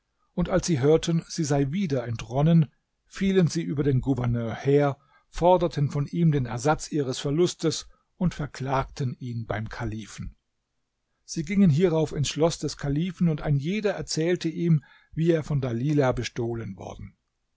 und als sie hörten sie sei wieder entronnen fielen sie über den gouverneur her forderten von ihm den ersatz ihres verlustes und verklagten ihn beim kalifen sie gingen hierauf ins schloß des kalifen und ein jeder erzählte ihm wie er von dalilah bestohlen worden